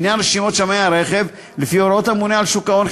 בעניין רשימות שמאי הרכב: לפי הוראות הממונה על שוק ההון,